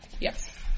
yes